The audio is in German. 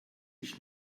nicht